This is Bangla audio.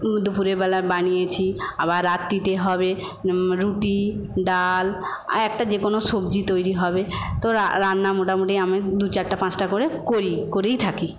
দুপুরেবেলা বানিয়েছি আবার রাত্রিতে হবে রুটি ডাল আর একটা যে কোনো সবজি তৈরি হবে তো রা রান্না মোটামুটি আমি দু চারটা পাঁচটা করে করি করেই থাকি